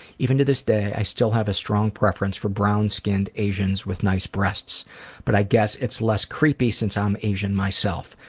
even to this day i still have a strong preference for brown-skinned asians with nice breasts but i guess it's less creepy because i'm asian myself.